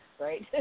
Right